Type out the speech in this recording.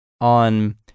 on